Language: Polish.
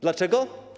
Dlaczego?